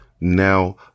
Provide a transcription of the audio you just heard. Now